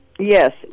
Yes